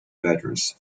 patterns